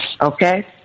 okay